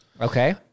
okay